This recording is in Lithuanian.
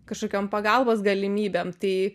kažkokiom pagalbos galimybėm tai